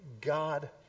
God